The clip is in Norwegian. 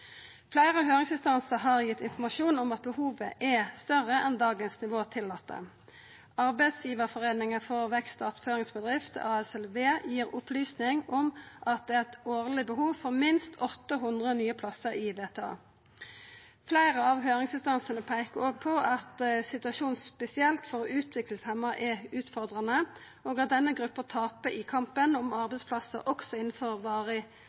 Fleire høyringsinstansar har gitt informasjon om at behovet er større enn nivået av i dag tillèt. Arbeidsgivarforeininga for vekst- og attføringsbedrifter, ASVL, opplyser at det er eit årleg behov for minst 800 nye plassar i VTA. Fleire av høyringsinstansane peikar òg på at situasjonen er spesielt utfordrande for dei utviklingshemma, og at denne gruppa tapar i kampen om arbeidsplassar også innanfor